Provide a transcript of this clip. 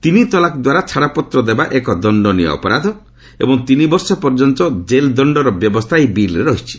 ତିନି ତଲାକ୍ ଦ୍ୱାରା ଛାଡ଼ପତ୍ର ଦେବା ଏକ ଦଣ୍ଡନୀୟ ଅପରାଧ ଏବଂ ତିନି ବର୍ଷ ପର୍ଯ୍ୟନ୍ତ କେଲ୍ ଦଣ୍ଡର ବ୍ୟବସ୍ଥା ଏହି ବିଲ୍ରେ ରହିଛି